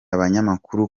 abanyamakuru